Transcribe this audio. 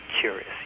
curious